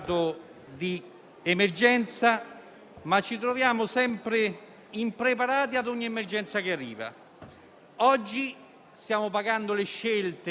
È una pandemia.